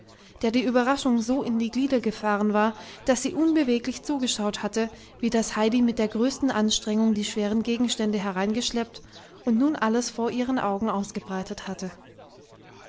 der die überraschung so in die glieder gefahren war daß sie unbeweglich zugeschaut hatte wie das heidi mit der größten anstrengung die schweren gegenstände hereingeschleppt und nun alles vor ihren augen ausgebreitet hatte